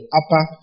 upper